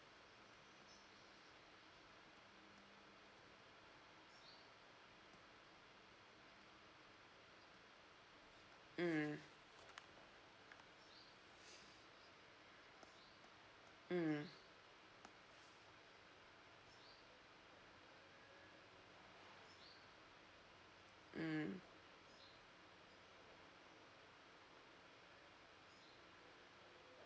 mm mm mm